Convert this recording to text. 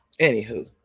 Anywho